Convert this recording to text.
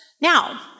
Now